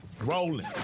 Rolling